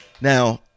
Now